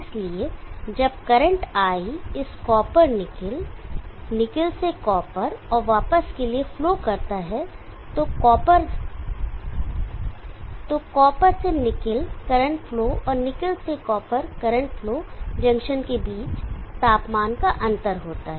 इसलिए जब current I इस कॉपर निकिल निकिल से कॉपर और वापस के लिए फ्लो करता है तो कॉपर से निकिल करंट फ्लो और निकिल से कॉपर करंट फ्लो जंक्शन के बीच तापमान का अंतर होता है